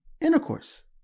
intercourse